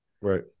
Right